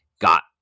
got